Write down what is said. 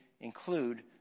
include